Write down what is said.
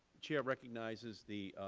chair recognizes the